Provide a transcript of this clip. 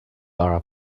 our